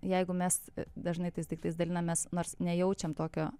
jeigu mes dažnai tais daiktais dalinamės nors nejaučiam tokio